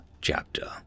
chapter